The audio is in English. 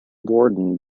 borden